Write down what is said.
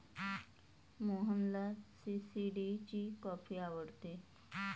मोहनला सी.सी.डी ची कॉफी आवडते